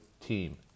team